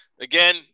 Again